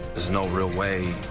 there's no. real way.